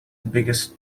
biggest